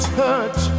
touch